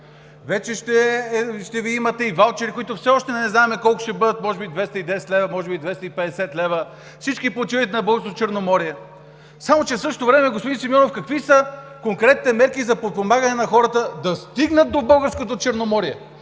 Вече ще имате и ваучери, които все още не знаем колко ще бъдат – може би 210 лв., може би 250 лв. Всички почивайте на Българското Черноморие! Само че в същото време, господин Симеонов, какви са конкретните мерки за подпомагане на хората да стигнат до Българското Черноморие?